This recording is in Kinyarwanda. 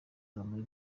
azamara